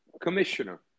Commissioner